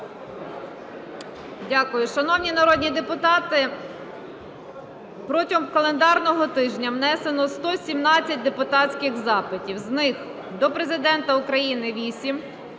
Дякую. Шановні народні депутати, протягом календарного тижня внесено 117 депутатських запитів. З них: до Президента України –